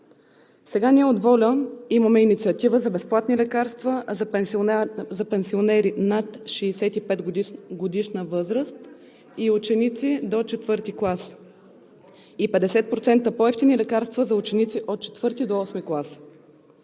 Сега ние от ВОЛЯ имаме инициатива за безплатни лекарства за пенсионери над 65-годишна възраст, ученици до IV клас, и 50% по-евтини лекарства за ученици от IV до VIII клас.